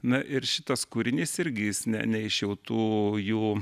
na ir šitas kūrinys irgi jis ne ne iš jau tų jų